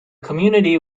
community